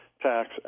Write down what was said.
Tax